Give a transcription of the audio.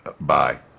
bye